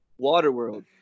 Waterworld